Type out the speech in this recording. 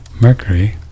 Mercury